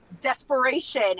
desperation